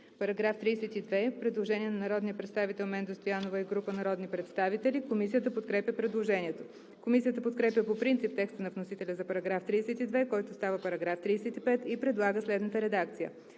По § 32 има предложение на народния представител Менда Стоянова и група народни представители. Комисията подкрепя предложението. Комисията подкрепя по принцип текста на вносителя за § 32, който става § 35, и предлага следната редакция: